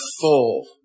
full